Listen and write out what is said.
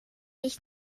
ich